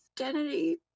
identity